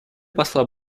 посла